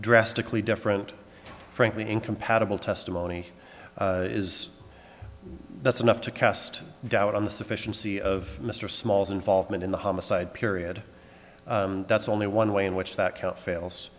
drastically different frankly incompatible testimony is that's enough to cast doubt on the sufficiency of mr small's involvement in the homicide period that's only one way in which that count fails